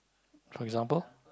for example